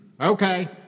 Okay